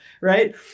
Right